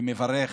ומברך